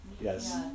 Yes